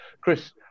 Chris